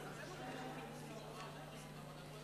קובע שהצעת חוק חוזה הביטוח (תיקון,